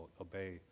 Obey